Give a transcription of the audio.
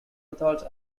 methods